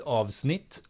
avsnitt